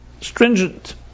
stringent